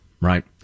right